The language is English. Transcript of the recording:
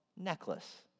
necklace